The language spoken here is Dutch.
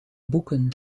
boeken